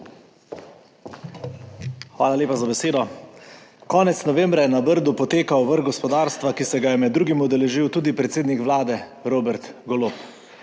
Hvala lepa za besedo. Konec novembra je na Brdu potekal vrh gospodarstva, ki se ga je med drugimi udeležil tudi predsednik Vlade Robert Golob.